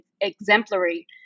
exemplary